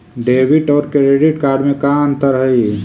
Debit और credit card में का अंतर हइ?